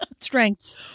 Strengths